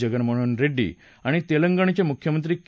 जगनमोहन रेड्डी आणि तेलंगणचे मुख्यमंत्री के